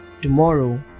tomorrow